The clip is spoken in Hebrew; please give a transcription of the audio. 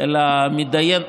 אלא מידיינת,